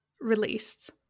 released